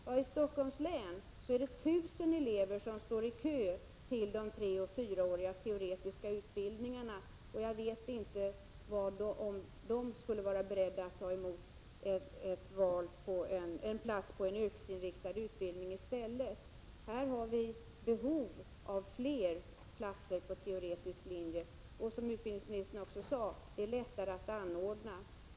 Ja, i Stockholms län är det ca 1 000 elever som står i kö till de treoch fyraåriga teoretiska utbildningarna, och jag vet inte om de skulle vara beredda att ta emot en plats inom en yrkesinriktad utbildning i stället. Här har vi behov av fler platser på teoretisk linje. Och det är som utbildningsministern också sade: Det är lättare att anordna sådana platser.